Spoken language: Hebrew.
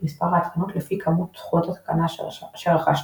מספר ההתקנות לפי כמות "זכויות ההתקנה" שרכשת.